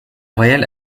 royal